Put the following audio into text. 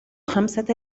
خمسة